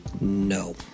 No